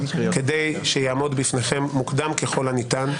כדי שיעמוד בפניכם מוקדם ככל הניתן.